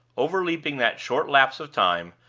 overleaping that short lapse of time,